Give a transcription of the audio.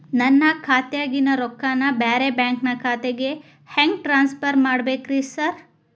ನನ್ನ ಖಾತ್ಯಾಗಿನ ರೊಕ್ಕಾನ ಬ್ಯಾರೆ ಬ್ಯಾಂಕಿನ ಖಾತೆಗೆ ಹೆಂಗ್ ಟ್ರಾನ್ಸ್ ಪರ್ ಮಾಡ್ಬೇಕ್ರಿ ಸಾರ್?